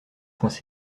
poings